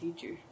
teacher